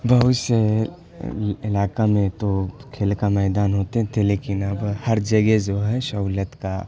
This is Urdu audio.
بہت سے علاقہ میں تو کھیل کا میدان ہوتے تھے لیکن اب ہر جگہ جو ہے سہولت کا